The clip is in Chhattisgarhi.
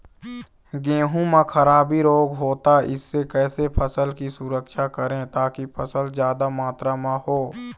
गेहूं म खराबी रोग होता इससे कैसे फसल की सुरक्षा करें ताकि फसल जादा मात्रा म हो?